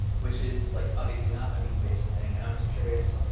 which is like obviously not a meat based thing. and i'm just curious.